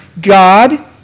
God